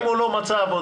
אם הוא לא מצא עבודה,